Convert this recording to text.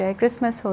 Christmas